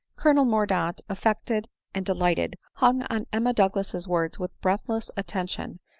colonel mordaunt, affected and delighted, hung on emma douglas's words with breathless attention,